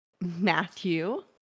matthew